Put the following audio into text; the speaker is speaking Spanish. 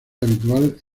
habitual